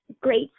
great